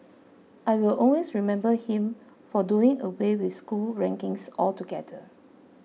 I will always remember him for doing away with school rankings altogether